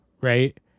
right